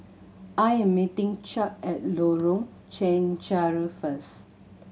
I am meeting Chuck at Lorong Chencharu first